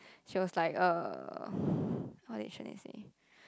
she was like uh what did Sharlene say